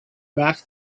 back